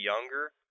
younger